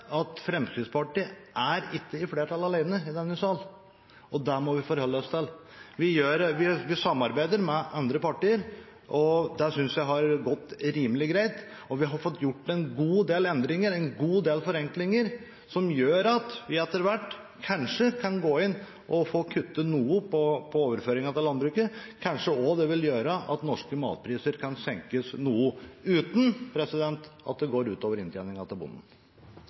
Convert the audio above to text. at Fremskrittspartiet ikke er i flertall alene i denne salen, og det må vi forholde oss til. Vi samarbeider med andre partier, og det synes jeg har gått rimelig greit. Vi har fått gjort en god del endringer, en god del forenklinger, som gjør at vi etter hvert kanskje kan gå inn og få kuttet noe på overføringene til landbruket. Kanskje det også vil gjøre at norske matpriser kan senkes noe – uten at det går